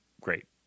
great